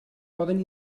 poden